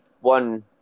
one